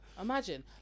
imagine